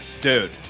Dude